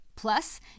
Plus